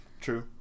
True